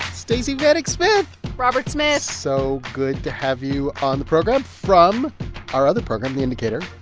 stacey vanek smith robert smith so good to have you on the program from our other program, the indicator.